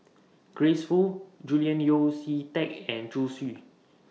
Grace Fu Julian Yeo See Teck and Zhu Xu